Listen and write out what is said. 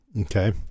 okay